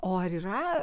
o ar yra